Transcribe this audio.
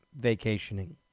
vacationing